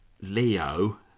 Leo